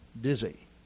dizzy